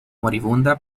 moribunda